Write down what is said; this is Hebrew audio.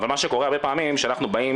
אבל מה שקורה הרבה פעמים, שאנחנו באים